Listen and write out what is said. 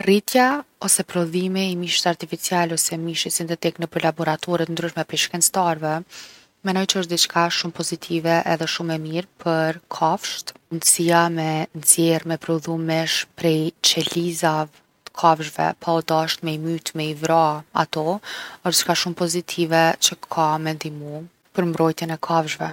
Rritja ose prodhimi i mishit artificial ose mishit sintetik nëpër laboratore t’ndryshme prej shkenctarve, menoj qe osht diçka shumë pozitive edhe shumë e mirë për kafsht. Mundsia me nxjerr me prodhu mish prej qelizave t’kafshve pa u dasht me i myt, me i vra ato, osht diçka shumë pozitive qe ka me ndihmu n’mbrojtjen e kafshve.